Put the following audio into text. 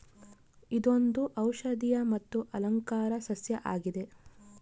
ಇದೊಂದು ಔಷದಿಯ ಮತ್ತು ಅಲಂಕಾರ ಸಸ್ಯ ಆಗಿದೆ